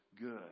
good